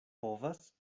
povas